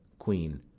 queen.